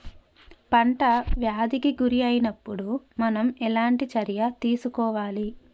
పంట వ్యాధి కి గురి అయినపుడు మనం ఎలాంటి చర్య తీసుకోవాలి?